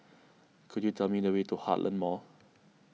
could you tell me the way to Heartland Mall